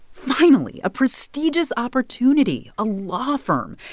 finally, a prestigious opportunity a law firm.